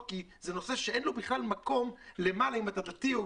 כי זה נושא שאין לו מקום לקואליציה או אופוזיציה.